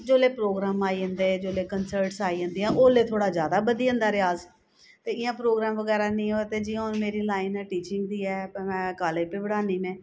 जेल्लै प्रोग्राम आई जंदे जेल्लै कंसर्ट्स आई जंदे औल्लै थोह्ड़ा ज्यादा बधी जंदा रेयाज ते इयां प्रोग्राम बगैरा नेईं होऐ ते हून जियां मेरी लाइन ऐ टीचिंग बी ऐ मैं कालेज बी पढ़ानी मैं